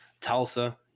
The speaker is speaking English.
Tulsa